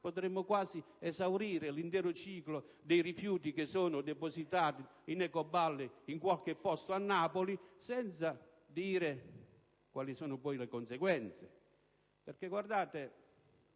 potremmo quasi esaurire l'intero ciclo dei rifiuti depositati in ecoballe in qualche luogo a Napoli, senza dire quali sono poi le conseguenze. È troppo